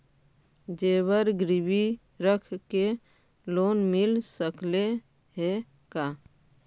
जेबर गिरबी रख के लोन मिल सकले हे का?